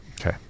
Okay